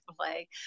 play